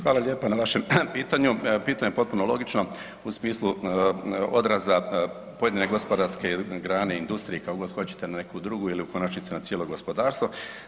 Hvala lijepo na vašem pitanju, pitanje je potpuno logično u smislu odraza pojedine gospodarske grane i industrije, kako god hoćete, na neku drugu ili u konačnici na cijelo gospodarstvo.